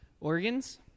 organs